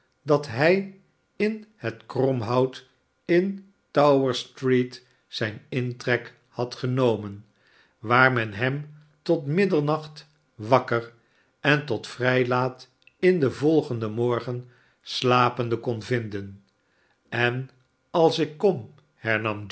dat hij in het krorahout in towerstreet zijn intrek had genomen waar men hem tot middernacht wakker en tot vrij laat in den volgenden morgen slapende kon vinden en als ik kom